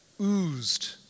oozed